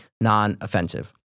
non-offensive